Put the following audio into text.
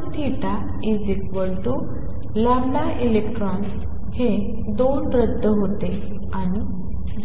2light2Sinθelectrons हे 2 रद्द होते आणि